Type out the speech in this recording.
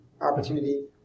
opportunity